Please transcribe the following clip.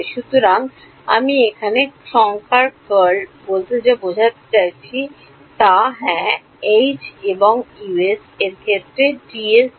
সুতরাং আমি এখানে সংখ্যার কার্ল বলতে যা বোঝাতে চাই তা হ্যাঁ এবং এর ক্ষেত্রে এবং